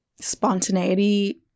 spontaneity